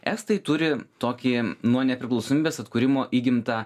estai turi tokį nuo nepriklausomybės atkūrimo įgimtą